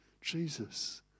Jesus